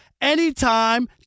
anytime